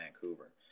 Vancouver